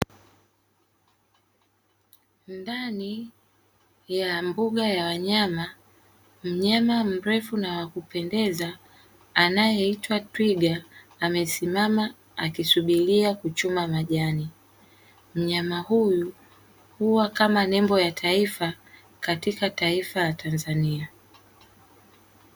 Ndani ya mbuga ya wanyama mnyama mrefu na wakupendeza anayeitwa twiga amesimama akisubiria kuchuma majani, mnyama huyu huwa kama nembo ya taifa katika taifa la Tanzania.